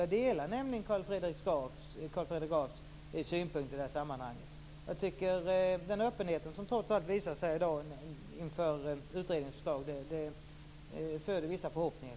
Jag delar nämligen Carl Fredrik Grafs synpunkter i detta sammanhang. Den öppenhet som trots allt visas här i dag inför utredningens förslag föder vissa förhoppningar.